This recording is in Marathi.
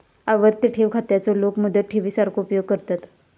आवर्ती ठेव खात्याचो लोक मुदत ठेवी सारखो उपयोग करतत